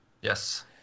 Yes